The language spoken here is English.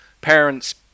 parents